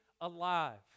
alive